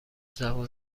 زبون